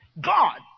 God